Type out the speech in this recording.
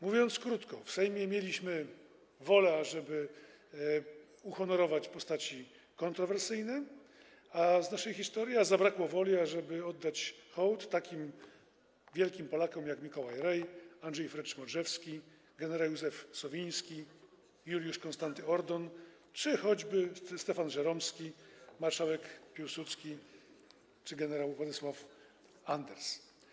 Mówiąc krótko, w Sejmie mieliśmy wolę, ażeby uhonorować postaci kontrowersyjne z naszej historii, a zabrakło woli, ażeby oddać hołd tak wielkim Polakom jak Mikołaj Rej, Andrzej Frycz Modrzewski, gen. Józef Sowiński, Juliusz Konstanty Ordon czy choćby Stefan Żeromski, marszałek Piłsudski czy gen. Władysław Anders.